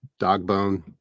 Dogbone